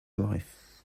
life